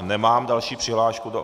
Nemám další přihlášku do...